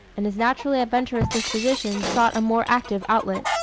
and his naturally adventurous disposition sought a more active outlet.